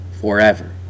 forever